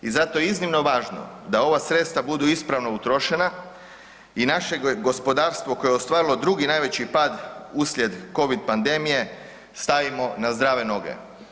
I zato je iznimno važno da ova sredstva budu ispravno utrošena i naše gospodarstvo koje je ostvarilo drugi najveći pad uslijed covid pandemije stavimo na zdrave noge.